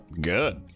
...good